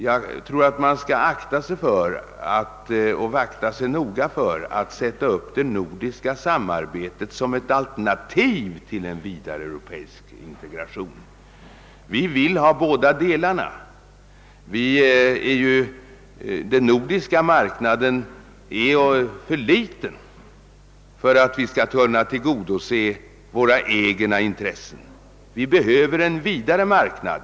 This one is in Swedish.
Jag tror att man skall akta sig noga för att sätta upp det nordiska samarbetet som ett alternativ till en vidare europeisk integration — vi vill ha båda delarna. Den nordiska marknaden är för liten för att vi enbart där skall kunna tillgodose våra egna intressen. Vi behöver en vidare marknad.